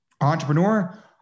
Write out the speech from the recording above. entrepreneur